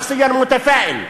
התקדמנו באופן משמעותי,